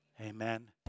amen